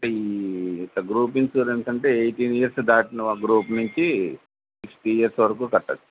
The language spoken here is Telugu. ఈ ఇట్ట గ్రూప్ ఇన్సూరెన్స్ అంటే ఎయిటీన్ ఇయర్స్ దాటిన గ్రూప్ నుంచి సిక్స్టీ ఇయర్స్ వరకు కట్టచ్చు